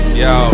yo